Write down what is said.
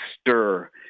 stir